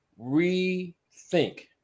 rethink